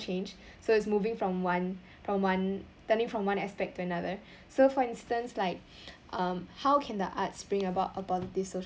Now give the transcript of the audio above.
change so it's moving from one from one turning from one aspect to another so for instance like um how can the arts bring about upon this social